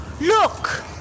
look